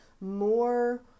more